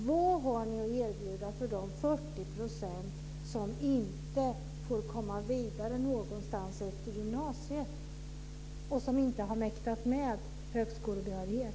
Vad har ni att erbjuda för de 40 % som inte får komma vidare någonstans efter gymnasiet och som inte har mäktat med högkolebehörighet?